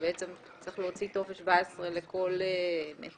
שבעצם צריך להוציא טופס 17 לכל מטפל.